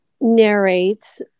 narrates